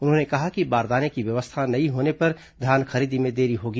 उन्होंने कहा कि बारदाने की व्यवस्था नहीं होने पर धान खरीदी में देरी होगी